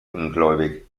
ungläubig